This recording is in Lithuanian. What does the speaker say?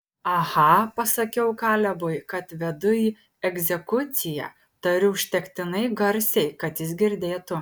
aha pasakiau kalebui kad vedu į egzekuciją tariu užtektinai garsiai kad jis girdėtų